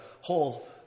whole